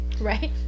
Right